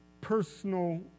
personal